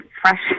fresh